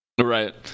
Right